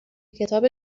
کتاب